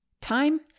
time